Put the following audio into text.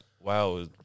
wow